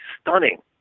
stunning